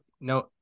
no